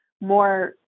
more